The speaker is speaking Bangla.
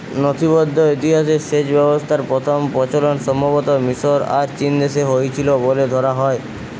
নথিবদ্ধ ইতিহাসে সেচ ব্যবস্থার প্রথম প্রচলন সম্ভবতঃ মিশর আর চীনদেশে হইছিল বলে ধরা হয়